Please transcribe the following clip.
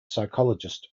psychologist